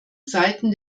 seiten